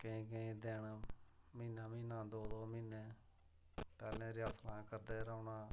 केईं केईं दिन म्हीना म्हीना दो दो म्हीने पैह्ले रिहर्सलां करदे रौह्ना